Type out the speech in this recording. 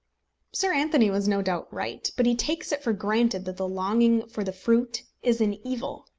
sir anthony was no doubt right. but he takes it for granted that the longing for the fruit is an evil.